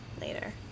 later